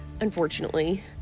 unfortunately